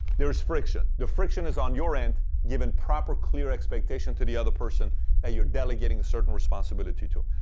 there's friction. the friction is on your end, giving proper clear expectation to the other person that you're delegating the certain responsibility to.